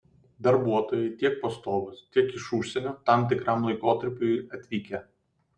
darbuotojai tiek pastovūs tiek iš užsienio tam tikram laikotarpiui atvykę